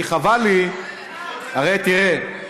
אני, חבל לי, הרי תראה,